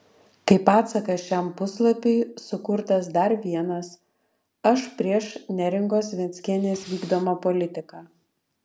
kaip atsakas šiam puslapiui sukurtas dar vienas aš prieš neringos venckienės vykdomą politiką